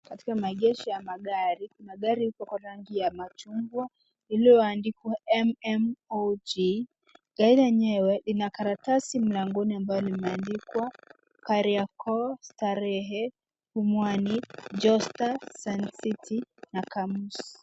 Katika maegesho ya magari, kuna gari lililo pakwa rangi ya machungwa, lililo andikwa MMOG. Gari lenyewe, lina karatasi mlangoni ambalo limeandikwa Kariokor, Starehe, Pumwani, Josta, Suncity na Kamus.